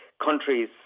countries